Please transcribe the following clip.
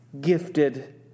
gifted